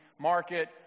market